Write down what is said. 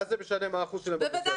מה זה משנה מה האחוז שלהם באוכלוסייה?